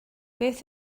beth